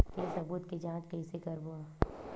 के सबूत के जांच कइसे करबो?